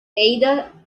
either